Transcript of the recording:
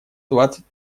двадцать